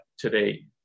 Today